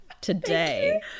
today